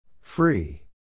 Free